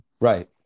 Right